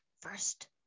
First